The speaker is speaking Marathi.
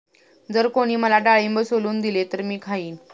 जर कोणी मला डाळिंब सोलून दिले तर मी खाईन